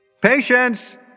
Patience